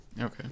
Okay